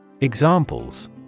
Examples